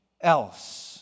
else